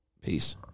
Peace